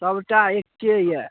सबटा एक्के अइ